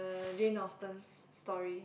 uh Jane-Austen's story